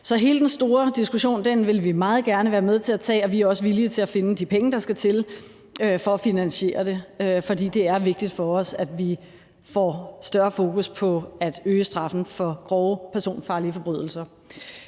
Så hele den store diskussion vil vi meget gerne være med til at tage, og vi er også villige til at finde de penge, der skal til for at finansiere det. For det er vigtigt for os, at vi får større fokus på at øge straffen for grove personfarlige forbrydelser.